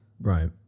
Right